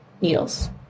needles